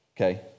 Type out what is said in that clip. okay